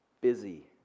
busy